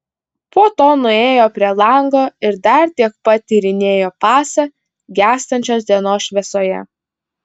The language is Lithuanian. po to nuėjo prie lango ir dar tiek pat tyrinėjo pasą gęstančios dienos šviesoje